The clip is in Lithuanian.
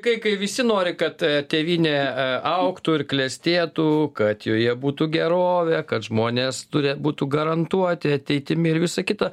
kai kai visi nori kad tėvynė augtų ir klestėtų kad joje būtų gerovė kad žmonės turi būtų garantuoti ateitimi ir visa kita